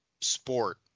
sport